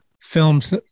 films